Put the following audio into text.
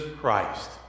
Christ